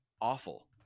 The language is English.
awful